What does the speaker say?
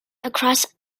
across